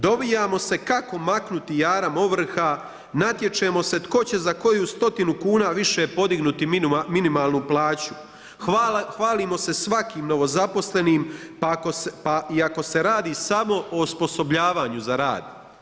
Dovijamo se kako maknuti jaram ovrha, natječemo se tko će za koju stotinu kuna više podignuti minimalnu plaću, hvalimo se svakim novozaposlenim pa iako se radi samo o osposobljavanju za rad.